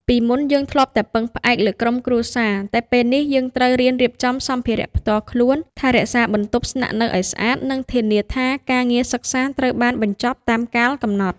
ពីមុនយើងធ្លាប់តែពឹងផ្អែកលើក្រុមគ្រួសារ តែពេលនេះយើងត្រូវរៀនរៀបចំសម្ភារៈផ្ទាល់ខ្លួន ថែរក្សាបន្ទប់ស្នាក់នៅឲ្យស្អាត និងធានាថាការងារសិក្សាត្រូវបានបញ្ចប់តាមកាលកំណត់។